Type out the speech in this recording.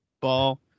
ball